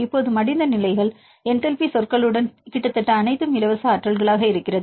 இப்போது மடிந்த நிலைகள் என்டல்பி சொற்களுடன் கிட்டத்தட்ட அனைத்தும் இலவச ஆற்றல்களாக இருக்கிறது